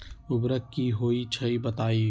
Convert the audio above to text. उर्वरक की होई छई बताई?